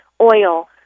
oil